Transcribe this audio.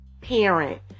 parent